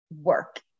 work